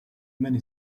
many